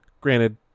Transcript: granted